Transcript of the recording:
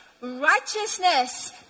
righteousness